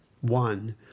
one